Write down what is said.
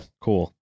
cool